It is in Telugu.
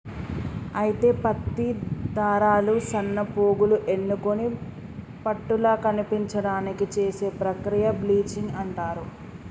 అయితే పత్తి దారాలు సన్నపోగులు ఎన్నుకొని పట్టుల కనిపించడానికి చేసే ప్రక్రియ బ్లీచింగ్ అంటారు